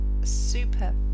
super